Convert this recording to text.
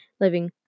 living